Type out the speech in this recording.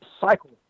cycle